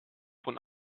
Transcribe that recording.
von